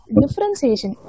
differentiation